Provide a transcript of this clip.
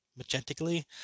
magentically